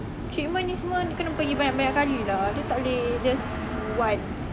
treatment semua ni kena pergi banyak banyak kali lah dia tak boleh just once